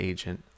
Agent